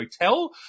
Hotel